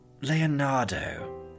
Leonardo